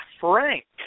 Frank